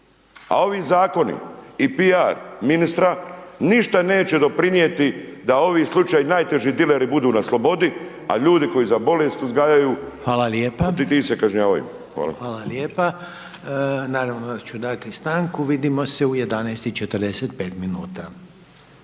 A ovi zakoni i piar ministra ništa neće doprinijeti da ovi slučaj najteži dileri budu na slobodi, al ljudi koji za bolest uzgajaju …/Upadica: Hvala lijepa./… ti se kažnjavaju.